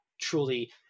truly